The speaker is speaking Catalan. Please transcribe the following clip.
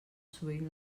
sovint